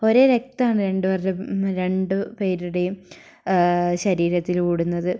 ഒരേ രക്തമാണ് രണ്ടു പേരുടെയും രണ്ടു പേരുടെയും ശരീരത്തിലോടുന്നത്